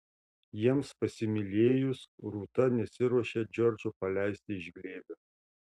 jiems pasimylėjus rūta nesiruošė džordžo paleisti iš glėbio